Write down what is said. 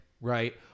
right